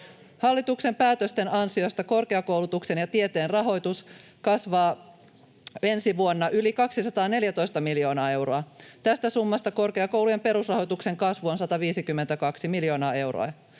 Hallituksen päätösten ansiosta korkeakoulutuksen ja tieteen rahoitus kasvaa ensi vuonna yli 214 miljoonalla eurolla. Tästä summasta korkeakoulujen perusrahoituksen kasvu on 152 miljoonaa euroa.